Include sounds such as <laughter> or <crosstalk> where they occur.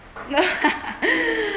no <laughs>